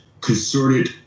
concerted